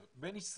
הקשר בין ישראל